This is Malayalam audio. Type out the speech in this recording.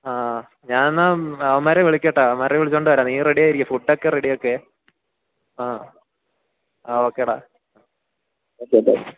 ആ ഞാനെന്നാല് അവന്മാരെ വിളിക്കട്ടെ അവന്മാരെ വിളിച്ചുകൊണ്ടുവരാം നീ റെഡിയായിരിക്ക് ഫുഡൊക്കെ റെഡിയാക്കെ ആ ആ ഓക്കെ ഡാ ഓക്കെ ബൈ